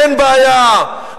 אין בעיה,